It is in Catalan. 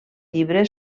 llibre